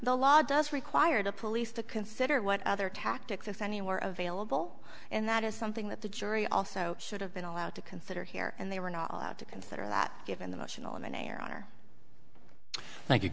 the law does require the police to consider what other tactics if any were available and that is something that the jury also should have been allowed to consider here and they were not allowed to consider that given the